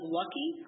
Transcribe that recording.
lucky